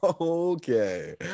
Okay